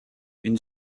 une